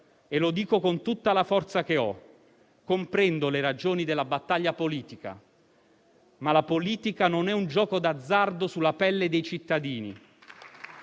e lo dico con tutta la forza che ho. Comprendo le ragioni della battaglia politica, ma la politica non è un gioco d'azzardo sulla pelle dei cittadini.